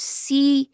see